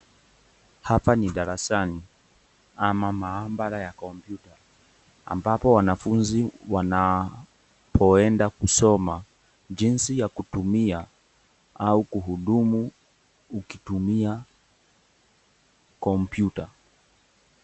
Hapa ni darasani ama mahabara ya kompyuta ambapo wanafunzi wanapoenda kusoma jinsia ya kutumia au kuhudumu ukitumia kompyuta.